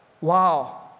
Wow